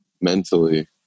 mentally